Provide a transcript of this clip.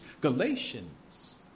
Galatians